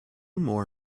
more